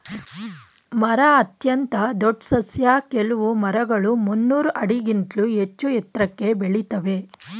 ಮರ ಅತ್ಯಂತ ದೊಡ್ ಸಸ್ಯ ಕೆಲ್ವು ಮರಗಳು ಮುನ್ನೂರ್ ಆಡಿಗಿಂತ್ಲೂ ಹೆಚ್ಚೂ ಎತ್ರಕ್ಕೆ ಬೆಳಿತಾವೇ